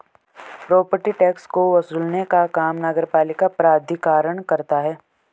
property tax को वसूलने का काम नगरपालिका प्राधिकरण करता है